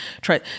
try